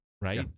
right